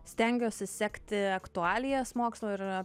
stengiuosi sekti aktualijas mokslo ir